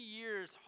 years